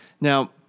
Now